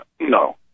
no